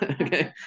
okay